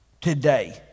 today